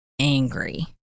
Angry